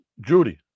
Judy